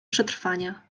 przetrwania